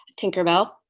Tinkerbell